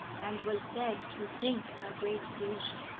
and was said to think a great deal.